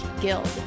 Guild